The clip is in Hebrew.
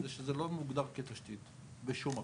זה שלא מוגדר כתשתית בשום מקום.